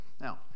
Now